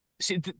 see